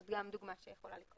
זאת גם דוגמה שיכולה לקרות.